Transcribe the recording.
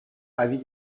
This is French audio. avis